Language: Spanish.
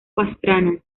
pastrana